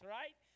right